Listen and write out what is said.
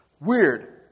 Weird